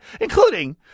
including